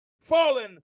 fallen